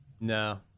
no